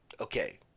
Okay